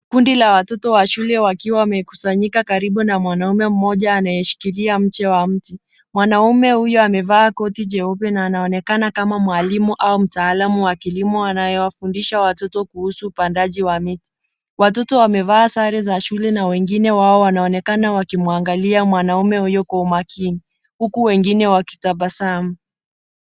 Kundi la watoto wa shule wakiwa wamekusanyika karibu na mwanaume mmoja anayeshikilia mche wa mti. Mwanaume huyo amevaa koti jeupe na anaonekana kama mwalimu au mtaalamu wa kilimo anayewafundisha watoto kuhusu upandaji wa miti. Watoto wamevaa sare za shule na wengine wao wanaonekana wakimwangalia mwanaume huyo kwa umakini huku wengine wakitabasamu.